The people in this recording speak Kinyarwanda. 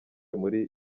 muri